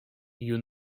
you